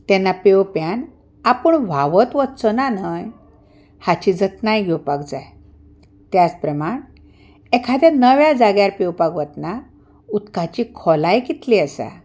तेन्ना पेंवप्यान आपूण व्हांवत वचचो ना न्हय हाची जतनाय घेवपाक जाय त्याच प्रमाण एखाद्या नव्या जाग्यार पेंवपाक वतना उदकाची खोलाय कितली आसा